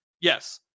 Yes